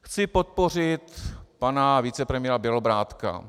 Chci podpořit pana vicepremiéra Bělobrádka.